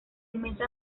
inmensa